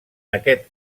aquest